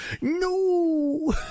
no